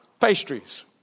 pastries